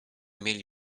mieli